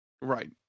right